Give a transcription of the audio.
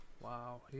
Wow